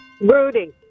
Rudy